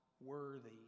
worthy